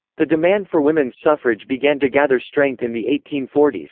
the demand for women's suffrage began to gather strength in the eighteen forty s,